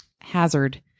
hazard